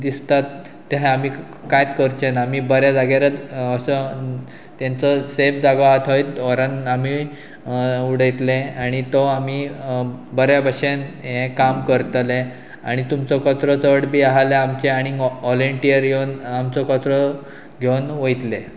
दिसतात ते आमी कांयच करचे ना आमी बऱ्या जाग्यार असो तेंचो सेफ जागो आहा थंय व्हरान आमी उडयतले आनी तो आमी बऱ्या भशेन हें काम करतलें आनी तुमचो कचरो चड बी आसाल्यार आमचे आनीक वॉलेंटियर येवन आमचो कचरो घेवन वयतले